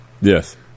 Yes